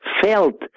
felt